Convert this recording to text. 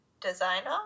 designer